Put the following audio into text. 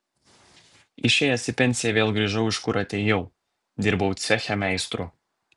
išėjęs į pensiją vėl grįžau iš kur atėjau dirbau ceche meistru